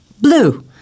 Blue